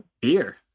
beer